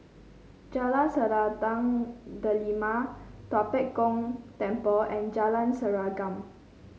Jalan Selendang Delima Tua Pek Kong Temple and Jalan Serengam